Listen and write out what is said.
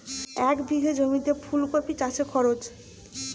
এক বিঘে জমিতে ফুলকপি চাষে খরচ?